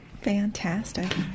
fantastic